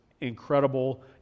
incredible